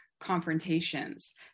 confrontations